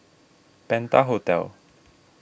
Penta Hotel